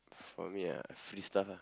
for me ah free stuff ah